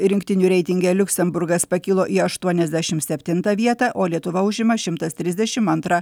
rinktinių reitinge liuksemburgas pakilo į aštuoniasdešim septintą vietą o lietuva užima šimtas trisdešim antrą